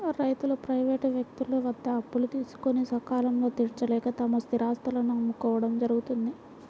రైతులు ప్రైవేటు వ్యక్తుల వద్ద అప్పులు తీసుకొని సకాలంలో తీర్చలేక తమ స్థిరాస్తులను అమ్ముకోవడం జరుగుతోంది